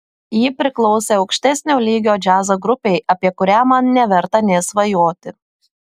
ji priklausė aukštesnio lygio džiazo grupei apie kurią man neverta nė svajoti